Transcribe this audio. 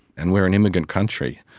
and we are an immigrant country.